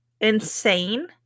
insane